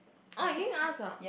oh Ying ask ah